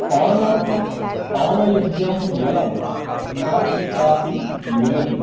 पानार्थं पानयोग्यं जलं न कुत्रापि मिलति